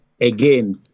again